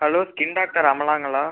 hello skin doctor அமலாங்களா